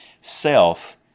Self